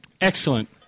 Excellent